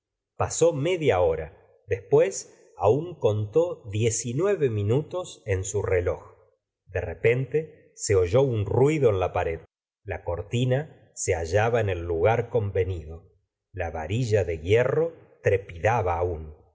pasó media hora después aún contó diez y nueve minutos en su reloj de repente se oyó un ruido en la pared la cortina se hallaba en el lugar convenido la varilla de hierro trepidaba aún